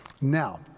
Now